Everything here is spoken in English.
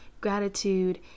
gratitude